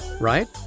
right